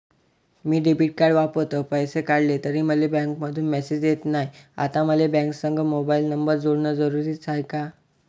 मी debit card वापरतो, पैसे काढले तरी मले बँकेमंधून मेसेज येत नाय, आता मले बँकेसंग मोबाईल नंबर जोडन जरुरीच हाय का?